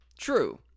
true